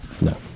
No